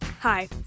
Hi